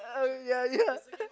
uh yeah yeah